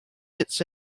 its